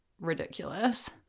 ridiculous